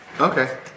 Okay